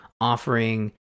offering